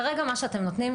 כרגע מה שאתם נותנים,